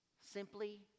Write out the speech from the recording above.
simply